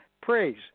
praise